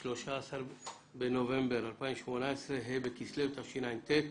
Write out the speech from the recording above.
13 בנובמבר 2018, ה' בכסלו התשע"ט.